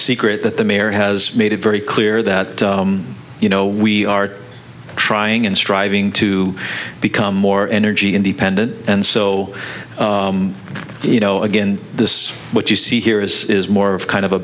secret that the mayor has made it very clear that you know we are trying and striving to become more energy independent and so you know again this what you see here is more of kind of a